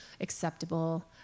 acceptable